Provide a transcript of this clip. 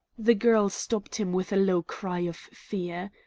the girl stopped him with a low cry of fear.